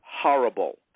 horrible